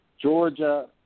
Georgia